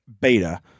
beta